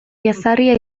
jazarria